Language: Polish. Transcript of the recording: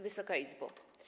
Wysoka Izbo!